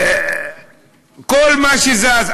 כל מה שזז.